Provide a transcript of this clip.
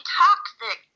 toxic